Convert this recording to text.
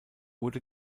wurde